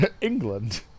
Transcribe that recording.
England